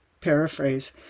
paraphrase